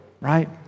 Right